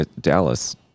Dallas